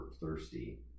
thirsty